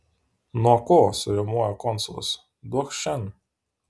nuo ko suriaumojo konsulas duokš šen